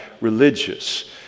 religious